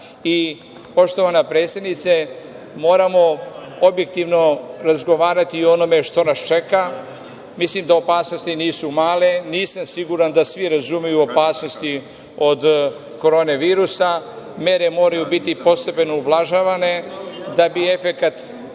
zemalja. Poštovana predsednice, moramo objektivno razgovarati i o onome što nas čeka. Mislim da opasnosti nisu male. Nisam siguran da svi razumeju opasnosti od Korona virusa. Mere moraju biti postepeno ublažavane da bi efekat